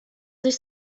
sich